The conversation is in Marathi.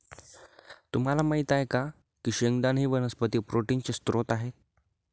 तुम्हाला माहित आहे का की शेंगदाणा ही वनस्पती प्रोटीनचे स्त्रोत आहे